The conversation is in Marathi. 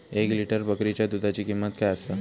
एक लिटर बकरीच्या दुधाची किंमत काय आसा?